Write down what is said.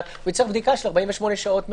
הוא יצטרך בדיקה של 48 שעות מראש,